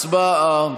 הצבעה.